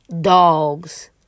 dogs